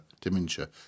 dementia